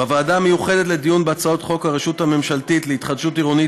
בוועדה המיוחדת לדיון בהצעת חוק הרשות הממשלתית להתחדשות עירונית,